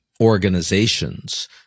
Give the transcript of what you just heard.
organizations